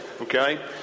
okay